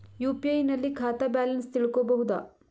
UPI ನಲ್ಲಿ ಖಾತಾ balance ತಿಳಕೊ ಬಹುದಾ?